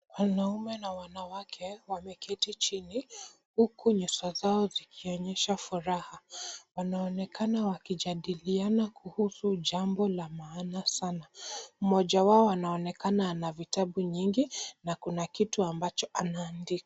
Wanaume na wanawake wameketi chini, huku nyuso zao zikionyesha furaha. Wanaonekana wakijadiliana kuhusu jambo la maana sana. Mmoja wao anaonekana ana vitabu nyingi, na kuna kitu ambacho anaandika.